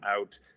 out